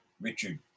Richard